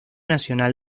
nacional